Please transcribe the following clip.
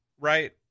Right